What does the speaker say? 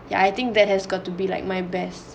yeah I think that has got to be like my best